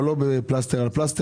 אבל לא בפלסטר על פלסטר,